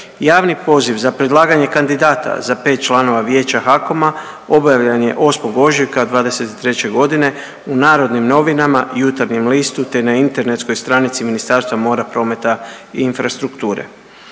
Javni poziv za predlaganje kandidata za 5 članova vijeća HAKOM-a objavljen je 8. ožujka '23. godine u Narodnim novinama, Jutarnjem listu te na internetskoj stranici Ministarstva mora, prometa i infrastrukture.